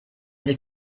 sie